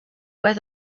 where